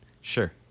Sure